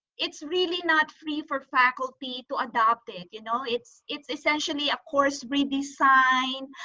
it's really not free for faculty to adopt it. you know it's it's essentially of course redesign,